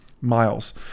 miles